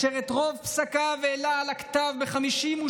ואת רוב פסקיו העלה על הכתב בחייו,